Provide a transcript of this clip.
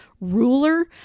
ruler